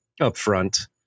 upfront